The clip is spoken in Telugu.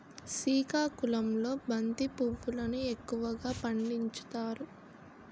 సికాకుళంలో బంతి పువ్వులును ఎక్కువగా పండించుతారు